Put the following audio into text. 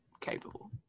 capable